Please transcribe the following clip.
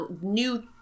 new